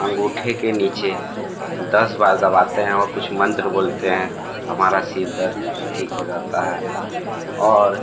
अंगूठे के नीचे दस बार दबाते हैं और कुछ मंत्र बोलते हैं हमारा सिर दर्द ठीक हो जाता है और